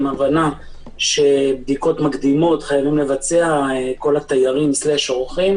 הבנה שבדיקות מקדימות חייבים לבצע כל התיירים/אורחים,